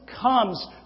comes